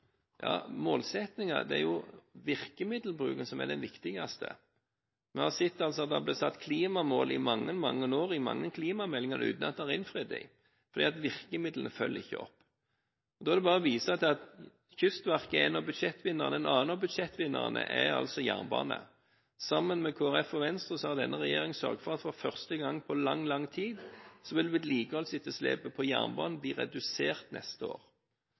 ja, målsettingen – det er jo virkemiddelbruken som er den viktigste. Vi har sett at det har blitt satt klimamål i mange, mange år i mange klimameldinger uten at en har innfridd dem, fordi virkemidlene ikke følges opp. Da er det bare å vise til at Kystverket er en av budsjettvinnerne, og en annen av budsjettvinnerne er altså jernbane. Sammen med Kristelig Folkeparti og Venstre har denne regjeringen sørget for at for første gang på lang, lang tid vil vedlikeholdsetterslepet på jernbanen bli redusert neste år.